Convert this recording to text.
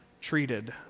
treated